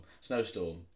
snowstorm